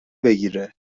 بگیره